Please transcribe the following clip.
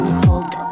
hold